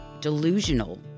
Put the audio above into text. delusional